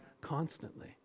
constantly